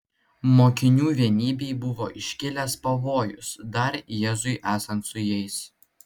mokinių vienybei buvo iškilęs pavojus dar jėzui esant su jais